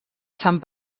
sant